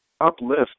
uplift